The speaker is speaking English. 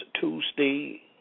Tuesday